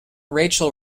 rachel